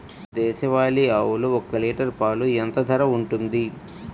దేశవాలి ఆవులు ఒక్క లీటర్ పాలు ఎంత ధర ఉంటుంది?